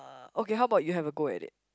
uh okay how about you have a go at it